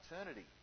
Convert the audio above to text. eternity